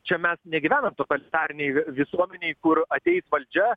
čia mes negyvenam totalitarinėj visuomenėj kur ateis valdžia